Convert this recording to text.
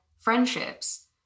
friendships